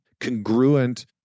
congruent